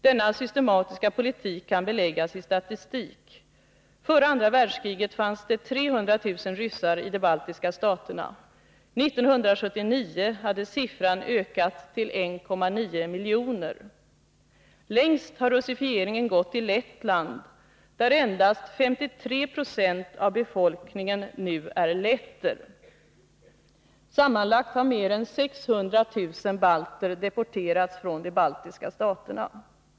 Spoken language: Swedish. Denna systematiska politik kan beläggas i statistik. Före andra världskriget fanns det 300 000 ryssar i de baltiska staterna. 1979 hade siffran ökat till 1,9 miljoner. Längst har russifieringen gått i Lettland, där endast 53 20 av befolkningen nu är letter. Sammanlagt har mer än 600 000 balter deporterats från de baltiska staterna.